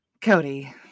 Cody